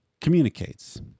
communicates